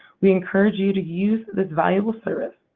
we encourage you to use this valuable service.